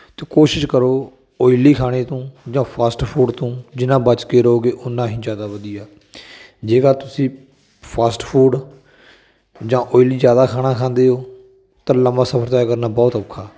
ਅਤੇ ਕੋਸ਼ਿਸ਼ ਕਰੋ ਓਇਲੀ ਖਾਣੇ ਤੋਂ ਜਾਂ ਫਾਸਟ ਫੂਡ ਤੋਂ ਜਿੰਨਾਂ ਬਚ ਕੇ ਰਹੋਂਗੇ ਉਨਾਂ ਹੀ ਜ਼ਿਆਦਾ ਵਧੀਆ ਜੇਕਰ ਤੁਸੀਂ ਫਾਸਟ ਫੂਡ ਜਾਂ ਓਇਲੀ ਜ਼ਿਆਦਾ ਖਾਣਾ ਖਾਂਦੇ ਹੋ ਤਾਂ ਲੰਮਾ ਸਫ਼ਰ ਤੈਅ ਕਰਨਾ ਬਹੁਤ ਔਖਾ